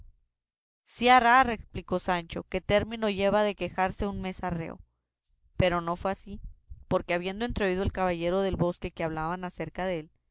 si hará replicó sancho que término lleva de quejarse un mes arreo pero no fue así porque habiendo entreoído el caballero del bosque que hablaban cerca dél